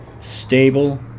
stable